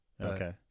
Okay